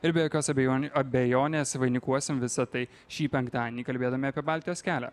ir be jokios abejon abejonės vainikuosim visa tai šį penktadienį kalbėdami apie baltijos kelią